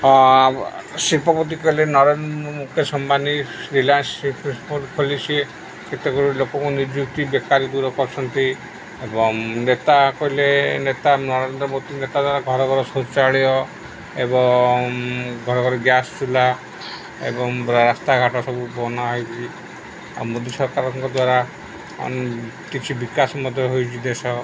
ଶିଳ୍ପପତି କହିଲେ ନରେନ୍ଦ୍ର ମୁକେଶ ସମ୍ବାନୀ ରିଲାଏନ୍ସ ଖୋଲିଛି ସେ କେତେ ଗୁଡ଼ିଏ ଲୋକଙ୍କୁ ନିଯୁକ୍ତି ବେକାରୀ ଦୂର କରଛନ୍ତି ଏବଂ ନେତା କହିଲେ ନେତା ନରେନ୍ଦ୍ର ମୋଦୀ ନେତା ଦ୍ୱାରା ଘର ଘର ଶୌଚାଳୟ ଏବଂ ଘର ଘର ଗ୍ୟାସ୍ ଚୁଲା ଏବଂ ରାସ୍ତାଘାଟ ସବୁ ବନା ହୋଇଛି ଆଉ ମୋଦି ସରକାରଙ୍କ ଦ୍ୱାରା କିଛି ବିକାଶ ମଧ୍ୟ ହୋଇଛି ଦେଶ